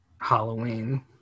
Halloween